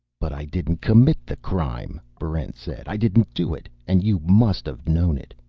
but i didn't commit the crime! barrent said. i didn't do it, and you must have known it!